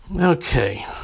Okay